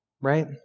right